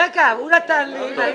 רגע, הוא נתן לי.